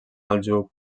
aljub